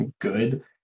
good